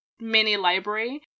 mini-library